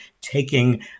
taking